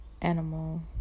animal